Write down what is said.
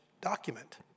document